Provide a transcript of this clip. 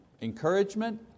encouragement